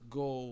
go